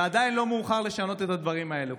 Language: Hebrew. ועדיין לא מאוחר לשנות את הדברים האלה,